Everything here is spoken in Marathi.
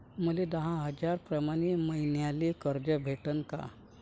मले दहा हजार प्रमाण मईन्याले कर्ज भेटन का?